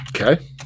Okay